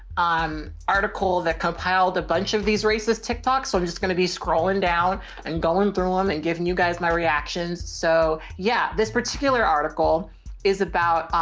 um, article that compiled a bunch of these racist tech talks. so i'm just going to be scrolling down and going through them um and giving you guys my reactions. so yeah, this particular article is about,